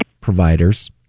providers